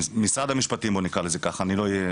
משרד המשפטים, בוא נקרא לזה ככה, אני לא אהיה